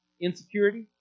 insecurity